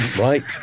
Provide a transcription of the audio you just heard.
right